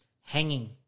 hanging